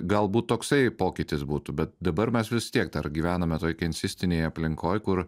galbūt toksai pokytis būtų bet dabar mes vis tiek dar gyvename toj keinsistinėj aplinkoj kur